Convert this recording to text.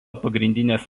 pagrindinės